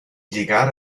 llegar